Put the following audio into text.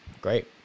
great